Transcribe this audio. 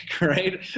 right